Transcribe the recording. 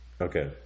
Okay